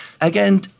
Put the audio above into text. again